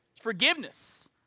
Forgiveness